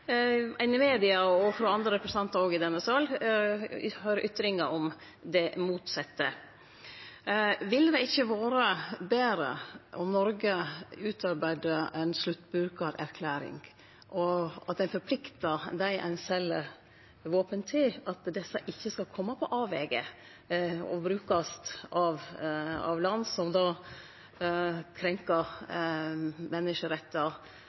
i media og frå representantar i denne sal høyrer ytringar om det motsette. Ville det ikkje vore betre om Noreg utarbeidde ei sluttbrukarerklæring, og at ein forplikta dei ein sel våpen til, til at desse våpna ikkje skal kome på avvegar og brukast av land som